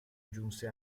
giunse